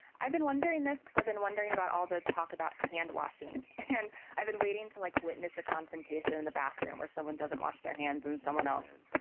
i've been wondering this, i've been wondering about all the talk about hand-washing and i've been waiting to like witness a confrontation in the bathroom where someone doesn't wash their hands and someone else. and